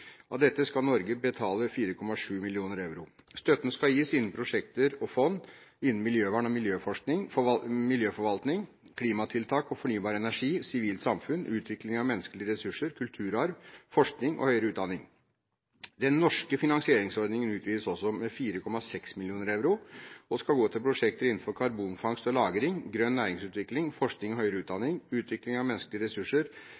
Av dette skal Norge betale 4,7 mill. euro. Støtten skal gis til prosjekter og fond innen miljøvern og miljøforvaltning, klimatiltak og fornybar energi, sivilt samfunn, utvikling av menneskelige ressurser, kulturarv, forskning og høyere utdanning. Den norske finansieringsordningen utvides også, med 4,6 mill. euro, og skal gå til prosjekter innenfor karbonfangst og lagring, grønn næringsutvikling, forskning og høyere utdanning, utvikling av menneskelige ressurser,